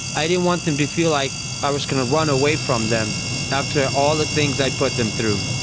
i didn't want them to feel like i was going to run away from them after all the things i put them through.